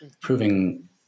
proving